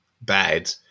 bad